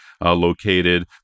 located